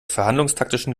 verhandlungstaktischen